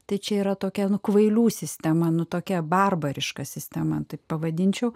tai čia yra tokia nu kvailių sistema nu tokia barbariška sistema taip pavadinčiau